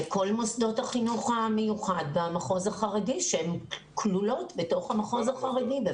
זה כל מוסדות החינוך המיוחד במחוז החרדי שהם כלולות במחוז החרדי.